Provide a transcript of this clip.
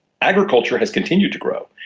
agriculture has continued to grow.